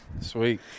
Sweet